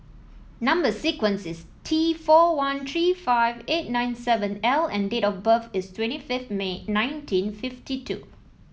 number sequence is T four one three five eight nine seven L and date of birth is twenty fifth May nineteen fifty two